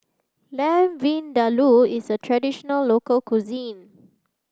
Lamb Vindaloo is a traditional local cuisine